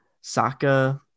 Saka